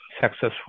successful